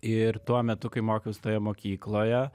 ir tuo metu kai mokiaus toje mokykloje